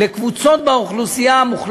לקבוצות מוחלשות באוכלוסייה,